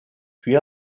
puis